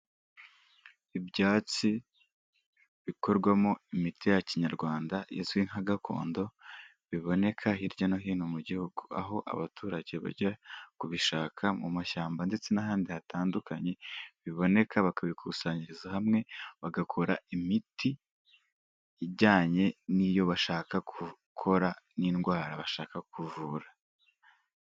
Ibyatsi bikorwamo imiti ya kinyarwanda izwi nka gakondo biboneka hirya no hino mu gihugu, aho abaturage bajya kubishaka mu mashyamba ndetse n'ahandi hatandukanye biboneka bakabikusanyiriza hamwe bagakora imiti ijyanye n'iyo bashaka gukora n'indwara bashaka kuvura.